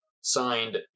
signed